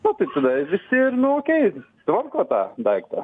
nu tai tada visi ir nu okei tvarko tą daiktą